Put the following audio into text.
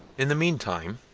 in the meantime,